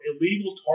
illegal